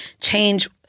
change